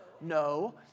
No